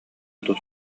тус